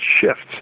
shifts